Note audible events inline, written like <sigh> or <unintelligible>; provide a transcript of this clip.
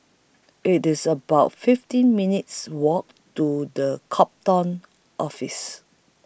IT IS about fifteen minutes' Walk to The <unintelligible> Office